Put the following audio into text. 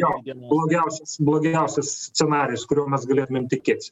jo blogiausias blogiausias scenarijus kurio mes galėtumėm tikėtis